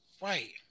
Right